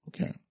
Okay